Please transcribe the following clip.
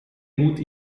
gut